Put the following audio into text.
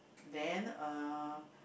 then uh